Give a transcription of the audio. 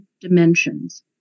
dimensions